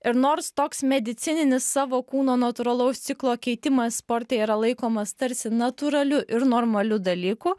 ir nors toks medicininis savo kūno natūralaus ciklo keitimas sporte yra laikomas tarsi natūraliu ir normaliu dalyku